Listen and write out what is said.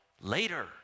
later